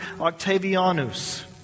Octavianus